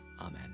Amen